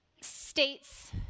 states